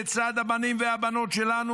לצד הבנים והבנות שלנו,